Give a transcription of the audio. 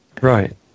Right